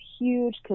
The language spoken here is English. huge